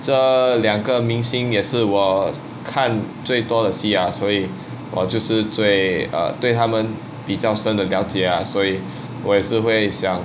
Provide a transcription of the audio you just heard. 这两个明星也是我看最多的戏啊所以我就是对对他们比较深的了解所以我也是会想